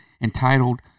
entitled